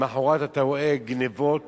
למחרת אתה רואה גנבות